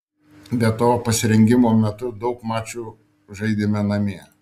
be to pasirengimo metu daug mačų žaidėme namie